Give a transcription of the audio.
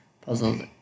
puzzled